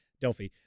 Delphi